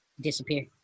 disappear